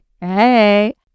Hey